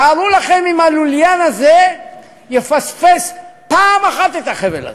תארו לכם שהלוליין הזה יפספס פעם אחת את החבל הזה.